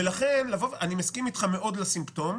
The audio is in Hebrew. אני מסכים איתך מאוד לגבי הסימפטום.